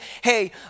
hey